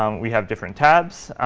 um we have different tabs,